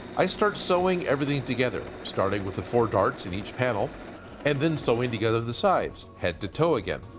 i start sewing everything together, starting with the four darts in each panel and then sewing together the sides, head to toe again.